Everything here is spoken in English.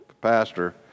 pastor